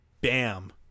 bam